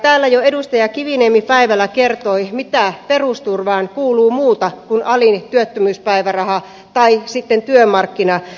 täällä jo edustaja kiviniemi päivällä kertoi mitä perusturvaan kuuluu muuta kuin alin työttömyyspäiväraha tai sitten työmarkkinatuki